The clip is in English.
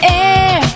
air